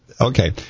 Okay